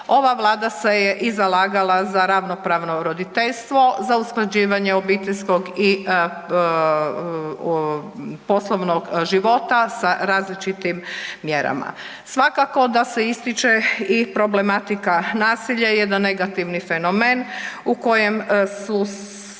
Ova vlada se je i zalagala za ravnopravno roditeljstvo, za usklađivanje obiteljskog i poslovnog života sa različitim mjerama. Svakako da se ističe i problematika nasilja, jedan negativni fenomen u kojem su